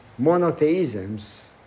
monotheisms